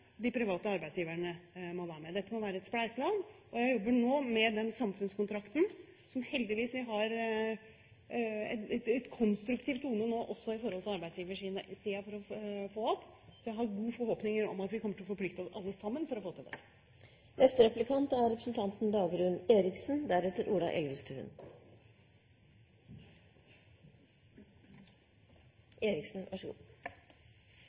de private arbeidsgiverne må være med – dette må være et spleiselag. Jeg jobber nå med den samfunnskontrakten, og heldigvis har vi en konstruktiv tone i forhold til arbeidsgiversiden her. Jeg har gode forhåpninger om at vi kommer til å forplikte oss alle sammen for å få det til. I mange år var Kristelig Folkeparti og undertegnede de eneste her i salen som stadig snakket om ungdomstrinnet som det glemte trinn. Det var store behov, det var store utfordringer. Så